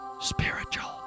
spiritual